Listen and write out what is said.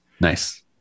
Nice